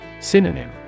Synonym